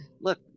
look